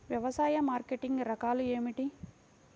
వ్యవసాయ మార్కెటింగ్ రకాలు ఏమిటి?